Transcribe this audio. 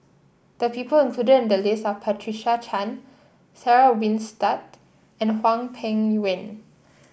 the people included in the list are Patricia Chan Sarah Winstedt and Hwang Peng Yuan